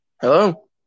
Hello